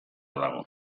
dago